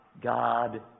God